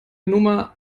nummer